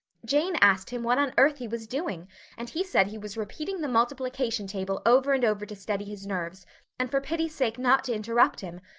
jane asked him what on earth he was doing and he said he was repeating the multiplication table over and over to steady his nerves and for pity's sake not to interrupt him,